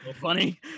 Funny